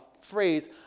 phrase